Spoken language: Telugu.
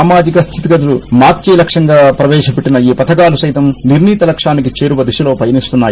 సామాజిక స్థితిగతులు మార్చే లక్ష్యంగా ప్రవేశపిట్టిన ఈ పథకాలు సైతం నిర్దీత లక్ష్మానికి చేరువ దిశలో పయనిస్తున్నాయి